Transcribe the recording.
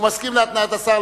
הוא מסכים להתניית השר,